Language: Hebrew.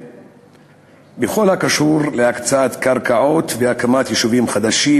בכל הקשור להקצאת קרקעות והקמת יישובים חדשים,